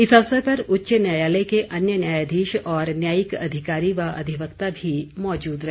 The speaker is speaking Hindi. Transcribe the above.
इस अवसर पर उच्च न्यायालय के अन्य न्यायाधीश और न्यायिक अधिकारी व अधिवक्ता भी मौजूद रहे